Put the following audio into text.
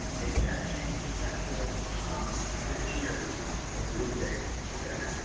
and that changed effective this year, which is the blue data, okay.